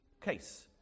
case